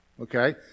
okay